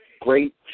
great